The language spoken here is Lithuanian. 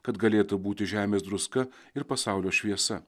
kad galėtų būti žemės druska ir pasaulio šviesa